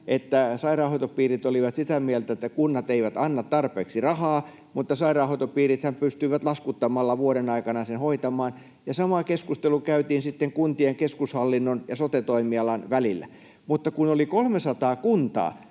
että sairaanhoitopiirit olivat sitä mieltä, että kunnat eivät anna tarpeeksi rahaa, mutta sairaanhoitopiirithän pystyivät laskuttamalla vuoden aikana sen hoitamaan, ja sama keskustelu käytiin sitten kuntien keskushallinnon ja sote-toimialan välillä. Mutta kun oli 300 kuntaa,